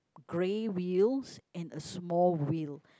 grey wheels and a small wheel